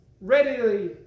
readily